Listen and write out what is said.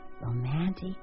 romantic